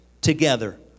together